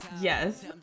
Yes